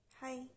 Hi